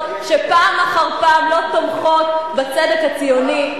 שפעם אחר פעם לא תומכות בצדק הציוני,